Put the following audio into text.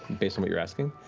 based on what you're asking.